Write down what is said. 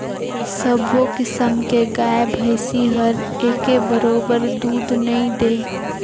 सबो किसम के गाय भइसी हर एके बरोबर दूद नइ दे